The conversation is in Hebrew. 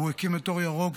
הוא הקים את אור ירוק.